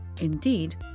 Indeed